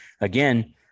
again